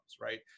right